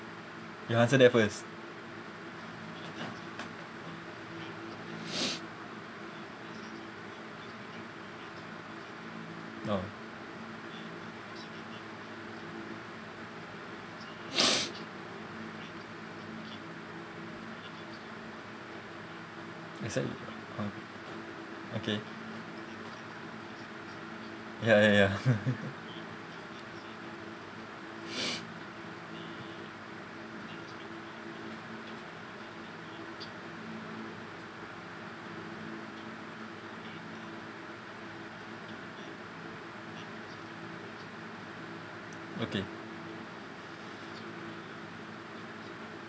you answer that first oh I said oh okay ya ya ya okay